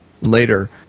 later